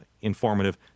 informative